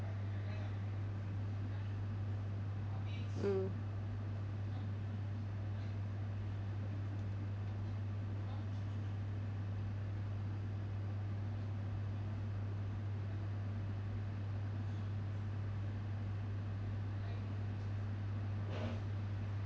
mm